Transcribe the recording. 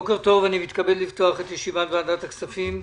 בוקר טוב, אני מתכבד לפתוח את ישיבת ועדת הכספים.